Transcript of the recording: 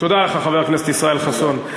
תודה לך, חבר הכנסת ישראל חסון.